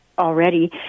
already